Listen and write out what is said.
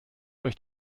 euch